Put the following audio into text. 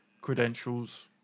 credentials